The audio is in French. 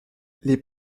les